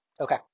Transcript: okay